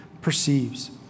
perceives